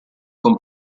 con